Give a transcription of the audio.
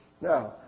Now